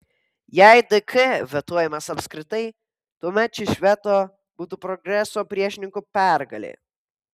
jei dk vetuojamas apskritai tuomet šis veto būtų progreso priešininkų pergalė